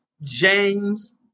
James